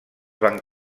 van